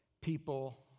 people